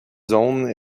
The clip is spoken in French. zone